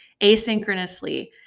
asynchronously